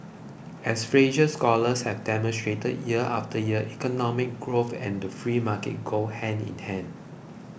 as Fraser scholars have demonstrated year after year economic growth and the free markets go hand in hand